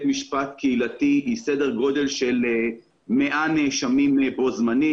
משפט קהילתי היא סדר גודל של 100 נאשמים בו זמנית.